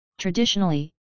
Traditionally